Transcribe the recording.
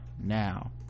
now